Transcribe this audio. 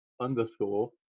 underscore